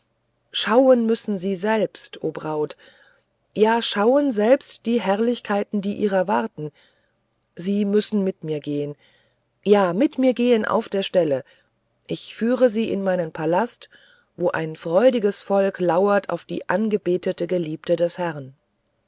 schauen müssen sie selbst o braut ja schauen selbst die herrlichkeiten die ihrer warten sie müssen mit mir gehen ja mit mir gehen auf der stelle ich führe sie in meinen palast wo ein freudiges volk lauert auf die angebetete geliebte der herrn